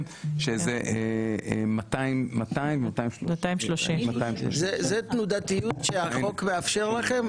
שזה 230. זו תנודתיות שהחוק מאפשר לכם,